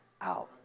out